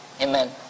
Amen